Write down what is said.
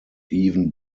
even